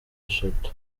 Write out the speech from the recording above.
eshatu